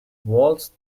waltzed